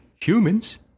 humans